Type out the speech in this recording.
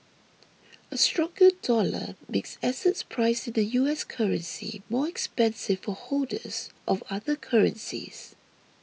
a stronger dollar makes assets priced in the U S currency more expensive for holders of other currencies